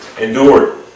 endured